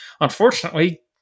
unfortunately